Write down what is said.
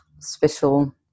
special